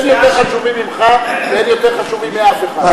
אין יותר חשובים ממך ואין יותר חשובים מאף אחד.